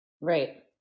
Right